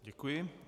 Děkuji.